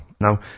Now